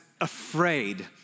afraid